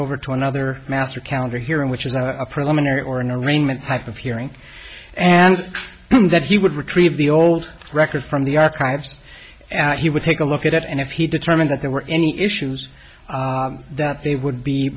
over to another master counter hearing which is a preliminary or an arraignment type of hearing and that he would retrieve the old records from the archives he would take a look at it and if he determined that there were any issues that they would be